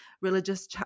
religious